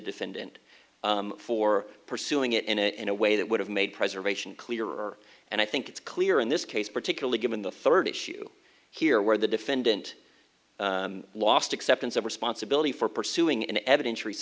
defendant for pursuing it in a way that would have made preservation clearer and i think it's clear in this case particularly given the third issue here where the defendant lost acceptance of responsibility for pursuing an evid